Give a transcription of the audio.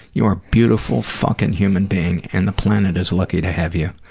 you are a beautiful fucking human being and the planet is lucky to have you.